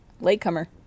Latecomer